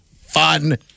Fun